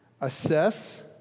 assess